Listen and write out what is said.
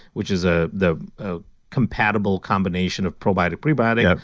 which is ah the ah compatible combination of probiotic prebiotic,